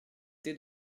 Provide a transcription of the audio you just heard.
thé